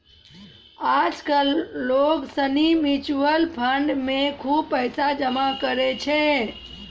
आज कल लोग सनी म्यूचुअल फंड मे खुब पैसा जमा करै छै